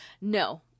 No